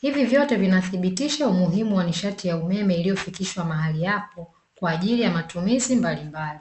Hivi vyote vinasibitisha umuhimu wa nishati ya umeme iliyofikisha mahali hapa kwajili ya matumizi mbalimbali.